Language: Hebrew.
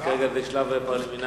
אבל כרגע זה שלב פרלימינרי.